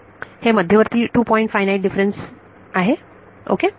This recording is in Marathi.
हे मध्यवर्ती टू पॉइंट फायनाईट डिफरन्स आहे ओके